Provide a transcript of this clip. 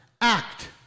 act